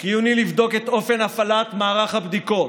חיוני לבדוק את אופן הפעלת מערך הבדיקות,